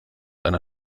einer